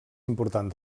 important